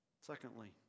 Secondly